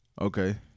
Okay